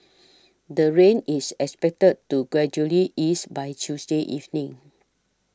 the rain is expected to gradually ease by Tuesday evening